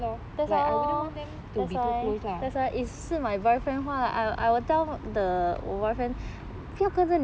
will 介意 lor like I wouldn't want them to be so close lah